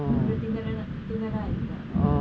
கொஞ்ச திமிராதா திமிரா இருந்தா:konja thimiraathaa thimiraa irunthaa